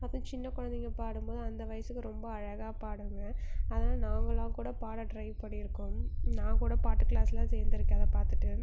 அப்புறம் சின்ன குழந்தைங்க பாடும் போது அந்த வயதுக்கு ரொம்ப அழகாக பாடுங்க அதனால் நாங்களெலாம் கூட பாட ட்ரை பண்ணியிருக்கோம் நான் கூட பாட்டு க்ளாஸெலாம் சேர்ந்துருக்கேன் அதை பார்த்துட்டு